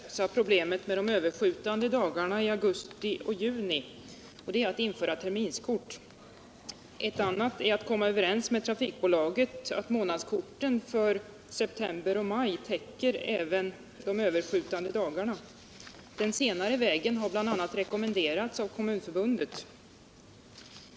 Herr talman! Det finns ett par praktiska sätt att lösa problemet med de överskjutande dagarna i augusti och juni. Det ena sättet är att införa terminskort. Ett annat sätt är att komma överens med trafikbolaget att månadskorten för september och maj skall täcka även de överskjutande dagarna. Den senare vägen har bl.a. rekommenderats av Kommunförbundet.